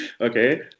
Okay